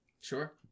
Sure